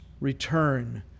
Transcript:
return